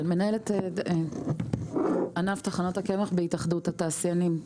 אני מנהלת ענף טחנות הקמח בהתאחדות התעשיינים.